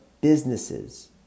businesses